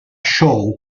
show